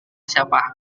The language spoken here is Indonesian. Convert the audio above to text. siapa